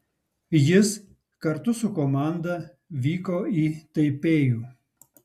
jis kartu su komanda vyko į taipėjų